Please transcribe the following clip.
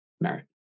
merit